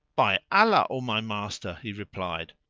by allah, o my master, he replied,